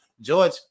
George